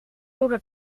coca